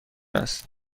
است